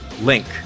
link